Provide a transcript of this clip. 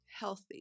healthy